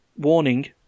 Warning